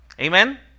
Amen